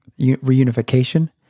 reunification